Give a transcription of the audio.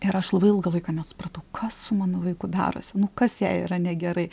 ir aš labai ilgą laiką nesupratau kas su mano vaiku darosi nu kas jai yra negerai